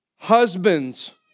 Husbands